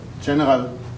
general